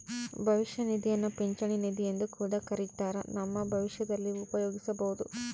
ಭವಿಷ್ಯ ನಿಧಿಯನ್ನ ಪಿಂಚಣಿ ನಿಧಿಯೆಂದು ಕೂಡ ಕರಿತ್ತಾರ, ನಮ್ಮ ಭವಿಷ್ಯದಲ್ಲಿ ಉಪಯೋಗಿಸಬೊದು